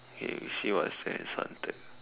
okay we see what is at Suntec